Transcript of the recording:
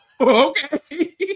okay